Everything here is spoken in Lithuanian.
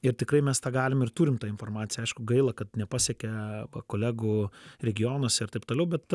ir tikrai mes tą galim ir turim tą informaciją aišku gaila kad nepasiekia kolegų regionuose ir taip toliau bet